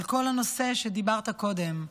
על כל הנושא שדיברת עליו קודם,